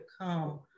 come